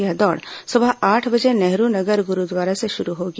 यह दौड़ सुबह आठ बजे नेहरू नगर गुरूद्वारा से शुरू होगी